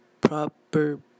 proper